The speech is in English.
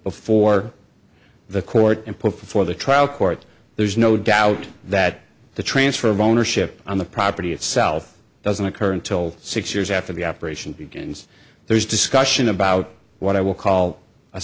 before the court and put for the trial court there's no doubt that the transfer of ownership on the property itself doesn't occur until six years after the operation begins there is discussion about what i will call a